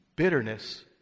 Bitterness